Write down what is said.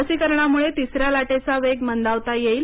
लसीकरणामुळे तिसऱ्या लाटेचा वेग मंदावता येईल